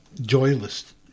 joyless